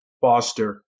foster